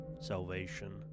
salvation